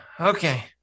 Okay